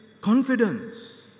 confidence